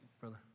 brother